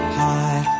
high